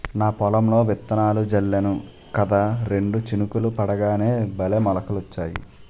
నా పొలంలో విత్తనాలు జల్లేను కదా రెండు చినుకులు పడగానే భలే మొలకలొచ్చాయి